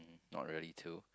not really two